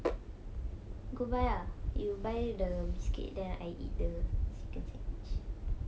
go buy ah you buy the biscuit then I eat the chicken set